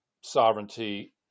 sovereignty